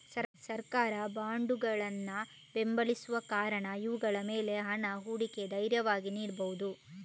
ಸರ್ಕಾರ ಬಾಂಡುಗಳನ್ನ ಬೆಂಬಲಿಸುವ ಕಾರಣ ಇವುಗಳ ಮೇಲೆ ಹಣ ಹೂಡಿಕೆ ಧೈರ್ಯವಾಗಿ ಮಾಡ್ಬಹುದು